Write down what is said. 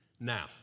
Now